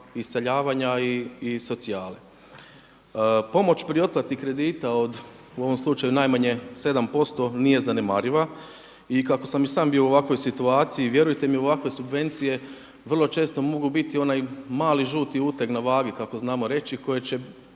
iseljavanja i socijale. Pomoć pri otplati kredita od, u ovom slučaju najmanje 7% nije zanemariva i kako sam i sam bio u ovakvoj situaciji vjerujte mi ovakve subvencije vrlo često mogu biti onaj mali žuti uteg na vagi kako znamo reći koje će